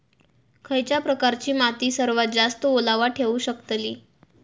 खयच्या प्रकारची माती सर्वात जास्त ओलावा ठेवू शकतली?